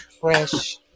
Fresh